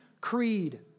Creed